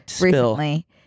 recently